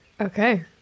Okay